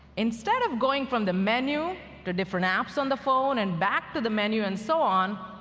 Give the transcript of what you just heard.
instead of going from the menu to different apps on the phone and back to the menu and so on,